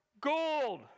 gold